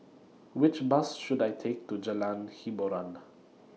Which Bus should I Take to Jalan Hiboran